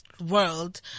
World